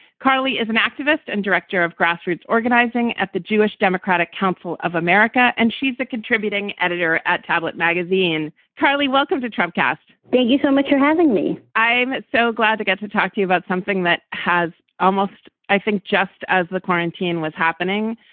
carly is an activist and director of grassroots organizing at the jewish democratic council of america, and she's a contributing editor at tablet magazine. carly, welcome to trump cast. thank you so much for having me. i'm so glad to get to talk to you about something that has almost i think just as the quarantine was happening,